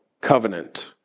covenant